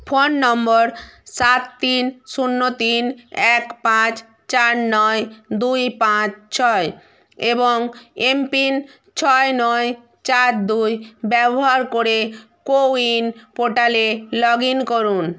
phone নম্বর সাত তিন শূন্য তিন এক পাঁচ চার নয় দুই পাঁচ ছয় এবং এমপিন ছয় নয় চার দুই ব্যবহার করে কোউইন পোর্টালে লগ ইন করুন